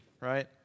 right